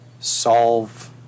Solve